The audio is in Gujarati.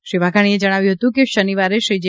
શ્રી વાઘાણીએ જણાવ્યું હતું કે શનિવારે શ્રી જે